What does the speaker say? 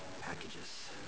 packages